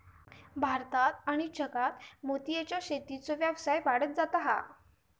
भारत आणि जगात मोतीयेच्या शेतीचो व्यवसाय वाढत जाता हा